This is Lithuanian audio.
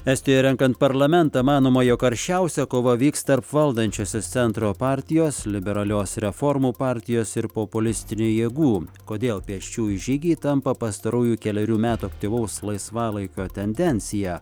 estijoj renkant parlamentą manoma jog aršiausia kova vyks tarp valdančiosios centro partijos liberalios reformų partijos ir populistinių jėgų kodėl pėsčiųjų žygiai tampa pastarųjų kelerių metų aktyvaus laisvalaikio tendencija